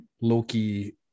Loki